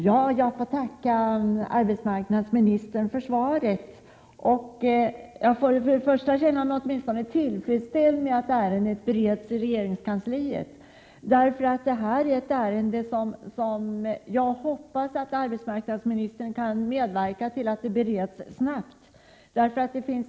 Herr talman! Jag tackar arbetsmarknadsministern för svaret. Jag får åtminstone känna mig tillfredsställd med att ärendet bereds i regeringskansliet, och jag hoppas att arbetsmarknadsministern kan medverka till att det sker snabbt.